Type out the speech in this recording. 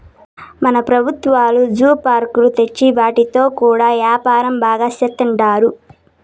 మన పెబుత్వాలు జూ పార్కులు తెచ్చి వాటితో కూడా యాపారం బాగా సేత్తండారు